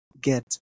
get